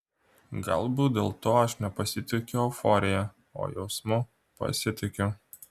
galbūt dėl to aš nepasitikiu euforija o jausmu pasitikiu